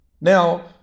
Now